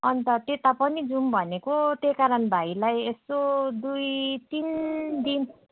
अन्त त्यता पनि जाउँ भनेको त्यही कारण भाइलाई यसो दुई तिन दिन